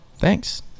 Thanks